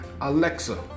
Alexa